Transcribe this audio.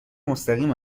مستقیم